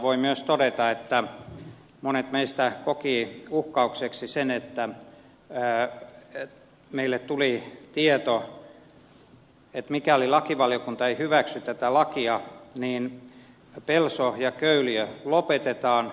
voi myös todeta että monet meistä kokivat uhkaukseksi sen että meille tuli tieto että mikäli lakivaliokunta ei hyväksy tätä lakia niin pelso ja köyliö lopetetaan